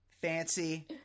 Fancy